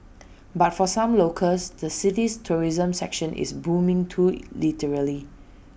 but for some locals the city's tourism sector is booming too literally